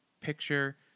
picture